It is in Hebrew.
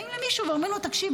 באים למישהו ואומרים לו: תקשיב,